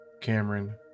Cameron